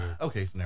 Okay